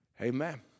Amen